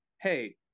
Hey